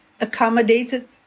accommodated